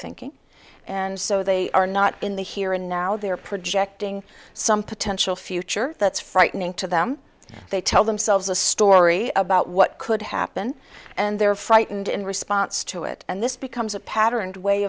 thinking and so they are not in the here and now they're projecting some potential future that's frightening to them they tell themselves a story about what could happen and they're frightened in response to it and this becomes a patterned way